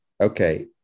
okay